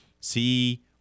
See